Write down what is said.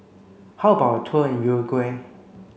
how about a tour in Uruguay